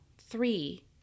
three